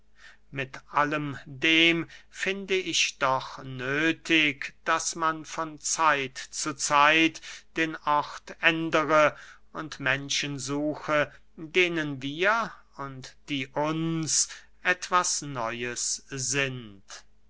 mit allem dem finde ich doch nöthig daß man von zeit zu zeit den ort ändere und menschen suche denen wir und die uns etwas neues sind